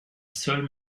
seul